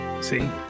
See